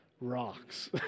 rocks